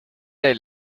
del